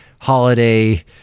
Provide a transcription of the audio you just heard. holiday